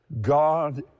God